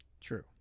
True